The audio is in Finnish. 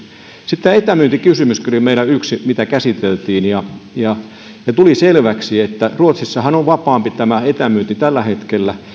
sitten etämyyntikysymyskin oli meillä yksi mitä käsiteltiin tuli selväksi että kun ruotsissahan on vapaampi tämä etämyynti tällä hetkellä